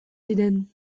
ziren